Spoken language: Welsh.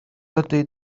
ydy